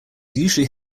usually